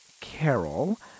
carol